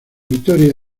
vitoria